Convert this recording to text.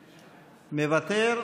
מוותר.